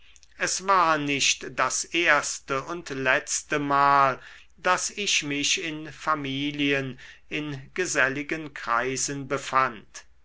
es war nicht das erste und letzte mal daß ich mich in familien in geselligen kreisen befand